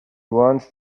wants